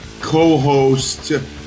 co-host